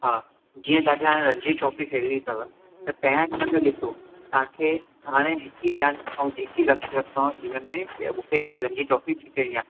हा जिअं तांखे हाणे रणजी ट्रॉफी खेलणी थव त पहिरां हिन में ॾिसो तांखे हाणे हिक ही ध्यान अऊं हिक ही लक्ष्य रखणु आ जीवन में के मुखे ही रणजी ट्रॉफी जितणी आ